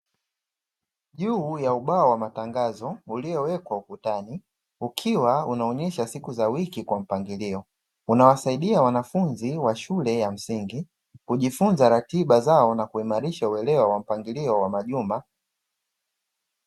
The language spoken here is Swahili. Juu ya ubao wa matangazo, uliowekwa ukutani ukiwa unaonyesha siku za wiki, kwa mpangilio unawasadia wanafunzi wa shule ya msingi kujifunza ratiba zao na kuimarisha uelewa wa mpangilio wa majuma.